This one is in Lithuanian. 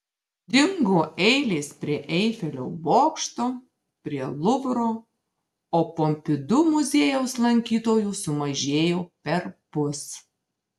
dingo eilės prie eifelio bokšto prie luvro o pompidu muziejaus lankytojų sumažėjo perpus